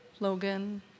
Logan